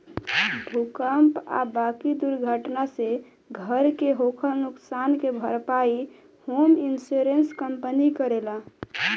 भूकंप आ बाकी दुर्घटना से घर के होखल नुकसान के भारपाई होम इंश्योरेंस कंपनी करेले